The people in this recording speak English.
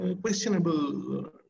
questionable